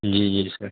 جی جی سر